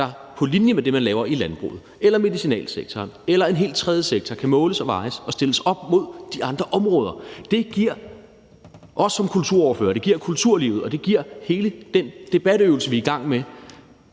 der – på linje med det, man laver i landbruget, medicinalsektoren eller en helt tredje sektor – kan måles og vejes og stilles op mod de andre områder. At kunne vise det giver os som kulturordførere, det giver kulturlivet, og det giver hele den debatøvelse, vi er i gang med,